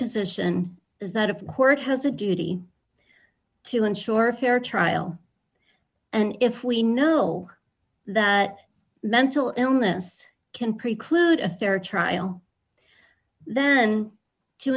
position is that a court has a duty to ensure a fair trial and if we know that mental illness can preclude a fair trial then to